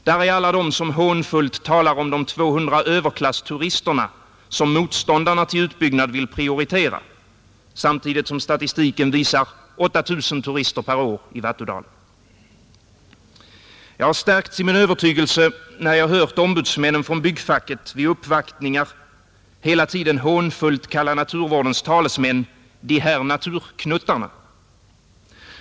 Där är alla de som hånfullt talar om de 200 överklassturisterna som motståndarna till utbyggnad vill prioritera, samtidigt som statistiken visar 8 000 turister per år i vattudalen. Jag har stärkts i min övertygelse, när jag hört ombudsmännen från byggfacket vid uppvaktningar hela tiden hånfullt kalla naturvårdens talesmän ”di här naturknuttarna”.